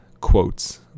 quotes